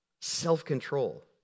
self-control